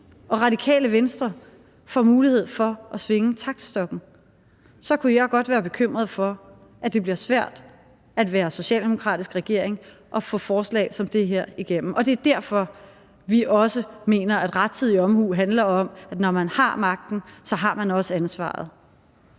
og Radikale Venstre får mulighed for at svinge taktstokken? Så kunne jeg godt være bekymret for, at det bliver svært at være socialdemokratisk regering og få forslag som det her igennem. Og det er også derfor, vi mener, at rettidig omhu handler om, at når man har magten, så har man også ansvaret.